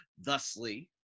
thusly